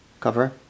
cover